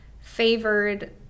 favored